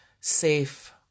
safe